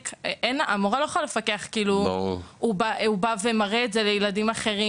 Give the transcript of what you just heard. המורה לא יכולה לפקח על האם הילד מראה את התוצאות לילדים אחרים